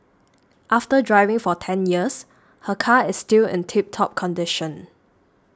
after driving for ten years her car is still in tip top condition